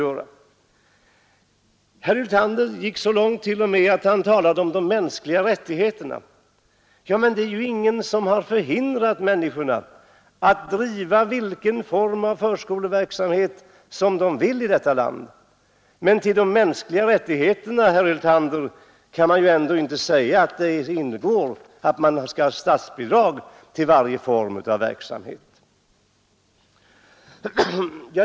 Herr Hyltander gick t.o.m. så långt som att tala om de mänskliga rättigheterna. Men det är ju ingen som har förhindrat människor att driva vilken form av förskoleverksamhet de vill i detta land. Man kan ju inte säga, herr Hyltander, att det ingår i de mänskliga rättigheterna att det skall utgå statsbidrag till varje form av verksamhet.